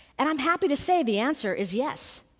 and i'm happy to say the answer is yes.